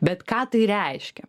bet ką tai reiškia